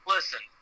Listen